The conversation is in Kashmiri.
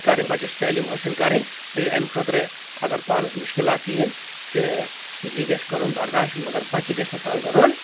کرٕنۍ بچس چھِ تعلیٖم حٲصل کرٕنۍ تہٕ امہٕ خٲطرٕ اگر پانس مشکِلات تہِ یِن تہٕ یہِ گژھہِ کرُن برداشت مگر بچہِ گژھہِ نہٕ تنگ کرُن